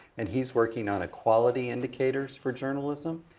and he's working on equality indicators for journalism.